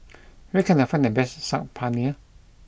where can I find the best Saag Paneer